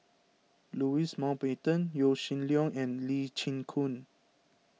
Louis Mountbatten Yaw Shin Leong and Lee Chin Koon